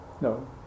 No